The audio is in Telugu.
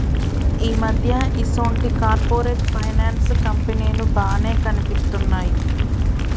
ఈ మధ్య ఈసొంటి కార్పొరేట్ ఫైనాన్స్ కంపెనీలు బానే కనిపిత్తున్నయ్